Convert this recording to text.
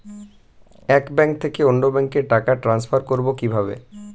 এক ব্যাংক থেকে অন্য ব্যাংকে টাকা ট্রান্সফার করবো কিভাবে?